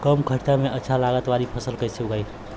कम खर्चा में अच्छा लागत वाली फसल कैसे उगाई?